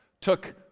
took